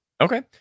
Okay